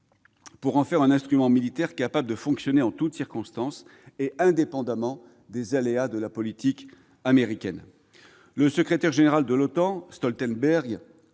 pour en faire un instrument militaire capable de fonctionner en toutes circonstances, indépendamment des aléas de la politique américaine. Le secrétaire général de l'OTAN, Jens Stoltenberg,